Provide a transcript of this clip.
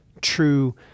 true